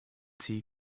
tea